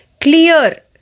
clear